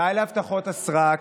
די להבטחות הסרק,